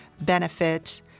benefit